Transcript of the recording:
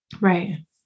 Right